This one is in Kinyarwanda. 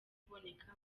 kuboneka